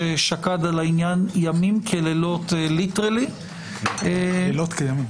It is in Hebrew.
ששקד על העניין ימים כלילות ליטרלי -- לילות כימים.